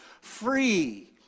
free